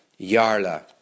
Yarla